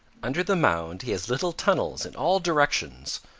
under the mound he has little tunnels in all directions,